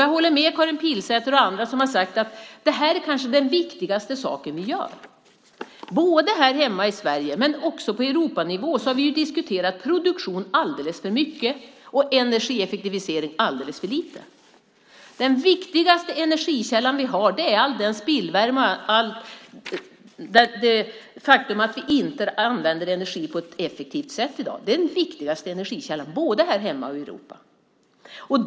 Jag håller med Karin Pilsäter och andra som har sagt att det här kanske är den viktigaste sak som vi gör. Både här hemma i Sverige och på Europanivå har vi diskuterat produktion alldeles för mycket och energieffektivisering alldeles för lite. Den viktigaste energikällan som vi har är all spillvärme och det faktum att vi inte använder energi på ett effektivt sätt i dag. Det är den viktigaste energikällan, både här hemma och i Europa.